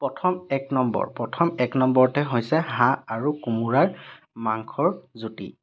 প্ৰথম এক নম্বৰ প্ৰথম এক নম্বৰতে হৈছে হাঁহ আৰু কোমোৰাৰ মাংসৰ জুতি